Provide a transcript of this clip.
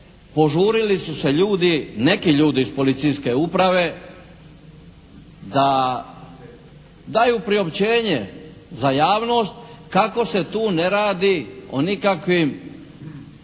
požurili su se neki ljudi iz policijske uprave da daju priopćenje za javnost kako se tu ne radi o nikakvim